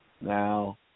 Now